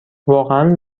واقعا